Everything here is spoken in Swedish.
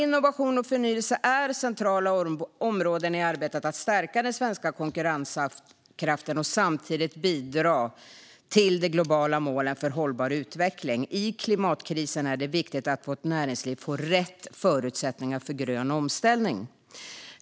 Innovation och förnyelse är centrala områden i arbetet med att stärka den svenska konkurrenskraften och samtidigt bidra till de globala målen för hållbar utveckling. I klimatkrisen är det viktigt att vårt näringsliv får rätt förutsättningar för grön omställning.